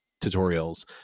tutorials